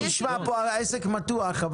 רגע, העסק פה מתוח.